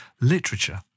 literature